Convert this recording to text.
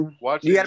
Watch